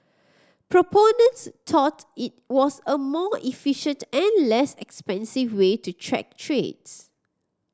proponents tout it was a more efficient and less expensive way to track trades